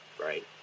right